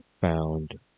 found